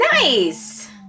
nice